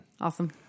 Awesome